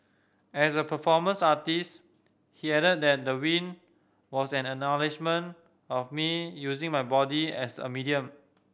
as a performance artist he added that the win was an acknowledgement of me using my body as a medium